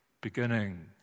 beginning